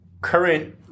current